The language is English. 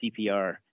CPR